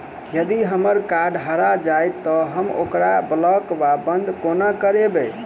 यदि हम्मर कार्ड हरा जाइत तऽ हम ओकरा ब्लॉक वा बंद कोना करेबै?